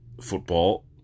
football